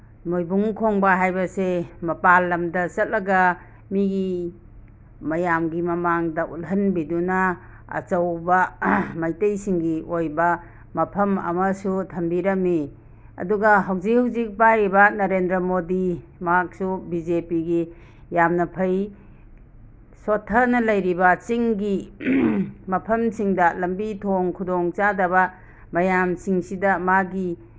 ꯃꯣꯏꯕꯨꯡ ꯈꯣꯡꯕ ꯍꯥꯏꯕꯁꯦ ꯃꯄꯥꯜꯂꯝꯗ ꯆꯠꯂꯒ ꯃꯤꯒꯤ ꯃꯌꯥꯝꯒꯤ ꯃꯃꯥꯡꯗ ꯎꯠꯍꯟꯕꯤꯗꯨꯅ ꯑꯆꯧꯕ ꯃꯩꯇꯩꯁꯤꯡꯒꯤ ꯑꯣꯏꯕ ꯃꯐꯝ ꯑꯃꯁꯨ ꯊꯝꯕꯤꯔꯝꯃꯤ ꯑꯗꯨꯒ ꯍꯧꯖꯤꯛ ꯍꯧꯖꯤꯛ ꯄꯥꯏꯔꯤꯕ ꯅꯔꯦꯟꯗ꯭ꯔ ꯃꯣꯗꯤ ꯃꯍꯥꯛꯁꯨ ꯕꯤ ꯖꯦ ꯄꯤꯒꯤ ꯌꯥꯝꯅ ꯐꯩ ꯁꯣꯊꯅ ꯂꯩꯔꯤꯕ ꯆꯤꯡꯒꯤ ꯃꯐꯝꯁꯤꯡꯗ ꯂꯝꯕꯤ ꯊꯣꯡ ꯈꯨꯗꯣꯡꯆꯥꯗꯕ ꯃꯌꯥꯝꯁꯤꯡꯁꯤꯗ ꯃꯥꯒꯤ